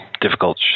difficult